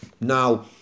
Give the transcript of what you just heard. Now